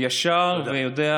ישר ויודע